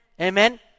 Amen